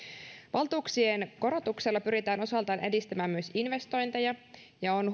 valtuuksien korotuksella pyritään osaltaan edistämään myös investointeja ja on